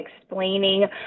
explaining